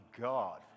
God